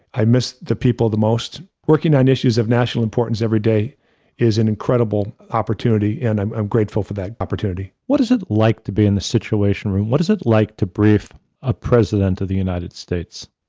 i miss the people the most. working on issues of national importance every day is an incredible opportunity. and i'm i'm grateful for that opportunity. what is it like to be in the situation room? what is it like to brief a president of the united states?